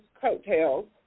coattails